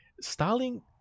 Stalin